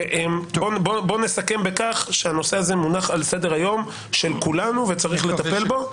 בוא נסכם בכך שהנושא הזה מונח על סדר היום של כולנו וצריך לטפל בו.